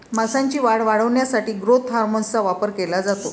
मांसाची वाढ वाढवण्यासाठी ग्रोथ हार्मोनचा वापर केला जातो